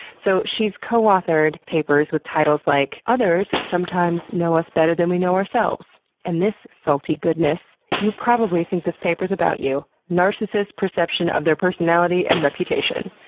so she's coauthored papers with titles like, others sometimes know us better than we know ourselves and this salty goodness, you probably think paper's about you narcissists' perception of their personality and reputation.